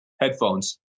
headphones